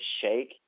shake